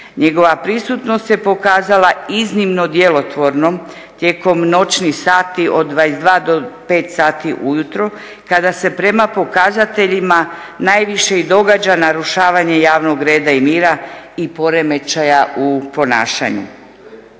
Njegova prisutnost se pokazala iznimno djelotvornom tijekom noćnih sati od 22,00 do 5,00 sati ujutro kada se prema pokazateljima najviše i događa narušavanje javnog reda i mira i poremećaja u ponašanju.